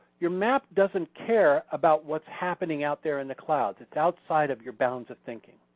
your map doesn't care about what's happening out there in the clouds, it's outside of your bounds of thinking.